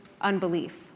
unbelief